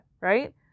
Right